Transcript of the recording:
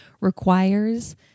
requires